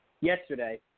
yesterday